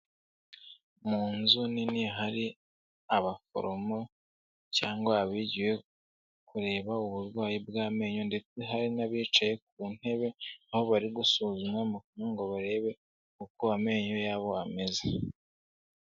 Mu nzu nini hari abaforomo cyangwa abigiye kureba uburwayi bw'amenyo ndetse hari n'abicaye ku ntebe, aho bari gusuzuma mu kanwa ngo barebe uko amenyo yabo ameze.